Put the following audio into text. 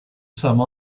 some